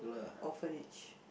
orphanage